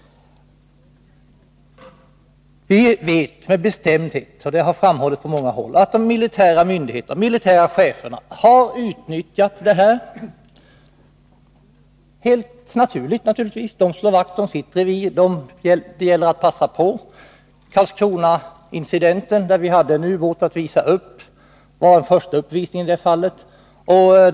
Vi vet med bestämdhet — det har också framhållits från många håll — att de militära cheferna har utnyttjat händelserna. Och det är helt naturligt — de slår vakt om sitt revir, och det gäller att passa på. Den första uppvisningen i det avseendet gjordes vid Karlskronaincidenten — där hade vi ju en ubåt att visa upp.